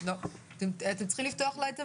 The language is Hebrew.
לא יכלו אפילו להיכנס בדלת כדי להיבדק,